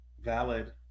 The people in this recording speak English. valid